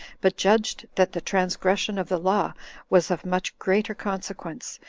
but judged that the transgression of the law was of much greater consequence,